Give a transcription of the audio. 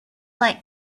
like